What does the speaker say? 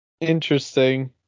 Interesting